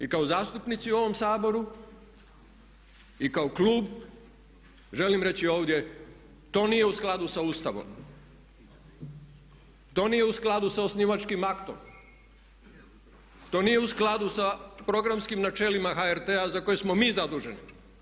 I kao zastupnici u ovom Saboru i kao klub želim reći ovdje to nije u skladu sa Ustavom, to nije u skladu sa osnivačkim aktom, to nije u skladu sa programskim načelima HRT-a za koje smo mi zaduženi.